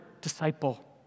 disciple